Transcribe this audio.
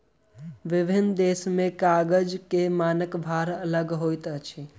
विभिन्न देश में कागज के मानक भार अलग होइत अछि